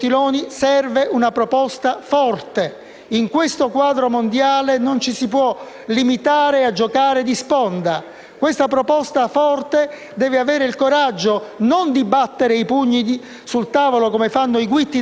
Questa proposta forte deve avere il coraggio non di battere i pugni sul tavolo, come fanno i guitti da avanspettacolo, ma di dire francamente a francesi e tedeschi che parte del nostro debito pubblico va ristrutturata,